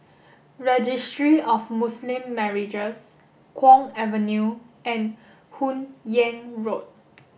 Registry of Muslim Marriages Kwong Avenue and Hun Yeang Road